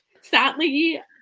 sadly